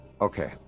Okay